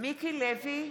מיקי לוי,